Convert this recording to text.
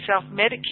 self-medicate